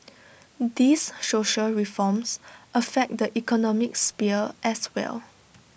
these social reforms affect the economic sphere as well